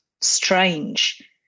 strange